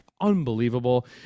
unbelievable